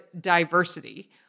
diversity